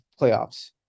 playoffs